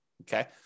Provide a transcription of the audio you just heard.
Okay